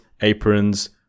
aprons